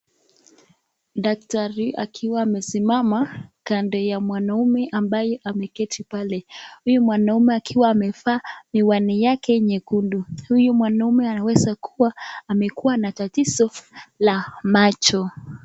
Daktari akiwa amesimama kando ya mwanaume ambaye ameketi pale. Huyu mwanaume akiwa amevaa miwani yake nyekundu. Huyu mwanaume anaweza kuwa amekuwa na tatizo la macho.